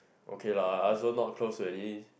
okay lah I also not close to any